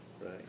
right